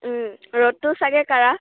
ৰ'দটো চাগৈ কাঢ়া